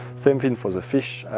same thing for the fish.